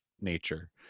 nature